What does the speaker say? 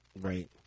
Right